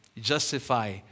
justify